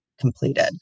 completed